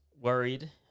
worried